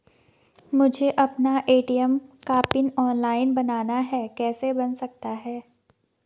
मुझे अपना ए.टी.एम का पिन ऑनलाइन बनाना है कैसे बन सकता है?